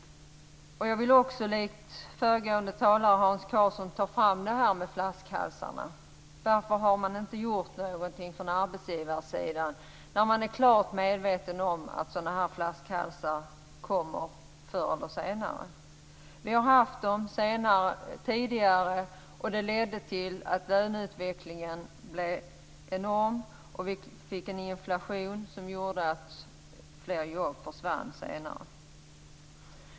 Jag vill också likt föregående talare, Hans Karlsson, ta fram frågan om flaskhalsarna. Varför har man inte gjort någonting från arbetsgivarsidan när man är klart medveten om att sådana här flaskhalsar kommer förr eller senare. Vi har haft dem tidigare och det ledde till att löneutvecklingen blev enorm och att vi fick en inflation som gjorde att fler jobb försvann senare.